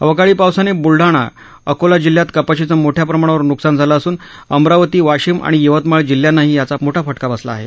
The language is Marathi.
अवकाळी पावसाने बुलढाणा अकोला जिल्ह्यात कपाशीचं मोठ्या प्रमाणावर न्कसान झालं असून अमरावती वाशिम आणि यवतमाळ जिल्ह्यांनाही याचा मोठा फटका बसला आहे